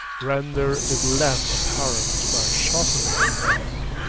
render it less apparent by shortening the waist,